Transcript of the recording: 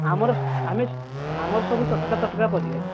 ଆମର ଆମେ ଆମର ସବୁ ତଟକା ତଟକା ପରିବା